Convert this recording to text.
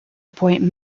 appoint